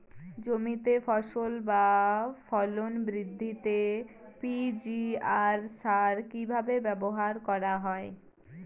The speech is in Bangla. জমিতে ফসল বা ফলন বৃদ্ধিতে পি.জি.আর সার কীভাবে ব্যবহার করা হয়?